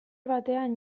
batean